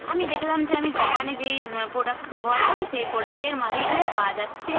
আমি দেখলাম যে আমি দোকানে যেই প্রোডাক্ট ব্যবহার করি সে প্রোডাক্টের মালই এখানে পাওয়া যাচ্ছে